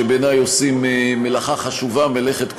שבעיני עושים מלאכה חשובה, מלאכת קודש,